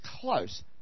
close